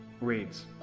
reads